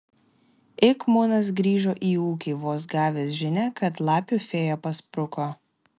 ik munas grįžo į ūkį vos gavęs žinią kad lapių fėja paspruko